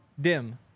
dim